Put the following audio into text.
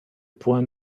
point